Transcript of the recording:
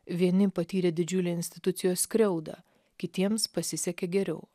vieni patyrė didžiulią institucijos skriaudą kitiems pasisekė geriau